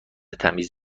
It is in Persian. تمیز